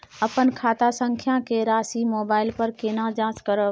अपन खाता संख्या के राशि मोबाइल पर केना जाँच करब?